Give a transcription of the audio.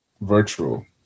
virtual